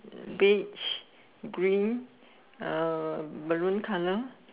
beach green uh Maroon colour